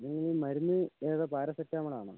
നിങ്ങൾ മരുന്ന് ഏതാ പാരസെറ്റമോൾ ആണോ